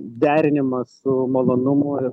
derinimas su malonumu ir